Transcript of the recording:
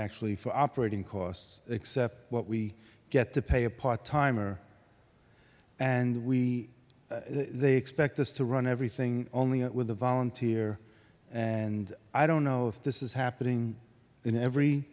actually for operating costs except what we get to pay a part time or and we they expect us to run everything only out with a volunteer and i don't know if this is happening in every